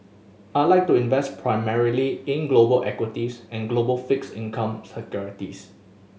I like to invest primarily in global equities and global fixed income securities